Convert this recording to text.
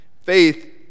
Faith